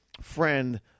friend